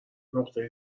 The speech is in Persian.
نقطه